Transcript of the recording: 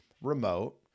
remote